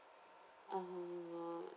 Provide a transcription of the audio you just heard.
uh